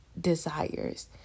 desires